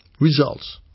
Results